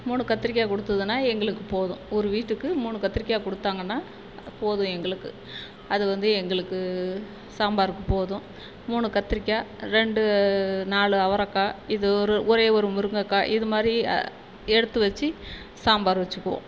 மூணு கத்திரிக்காய் கொடுத்ததுனா எங்களுக்கு போதும் ஒரு வீட்டுக்கு மூணு கத்திரிக்காய் கொடுத்தாங்கன்னா போதும் எங்களுக்கு அது வந்து எங்களுக்கு சாம்பாருக்கு போதும் மூணு கத்திரிக்காய் ரெண்டு நாலு அவரக்காய் இது ஒரு ஒரே ஒரு முருங்கக்காய் இது மாதிரி எடுத்து வெச்சு சாம்பார் வெச்சுக்குவோம்